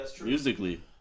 Musically